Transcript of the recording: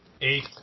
Eight